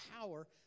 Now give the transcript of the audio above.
power